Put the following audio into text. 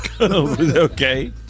Okay